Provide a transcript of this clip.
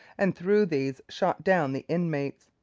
and through these shot down the inmates.